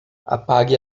apague